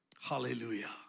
Hallelujah